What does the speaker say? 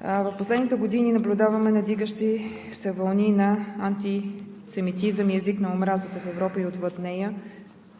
В последните години наблюдаваме надигащи се вълни на антисемитизъм и език на омразата в Европа и отвъд нея,